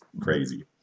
crazy